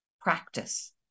Practice